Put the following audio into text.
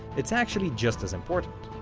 it's actually just as important.